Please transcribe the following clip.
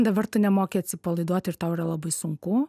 dabar tu nemoki atsipalaiduot ir tau yra labai sunku